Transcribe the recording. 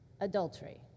adultery